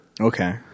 Okay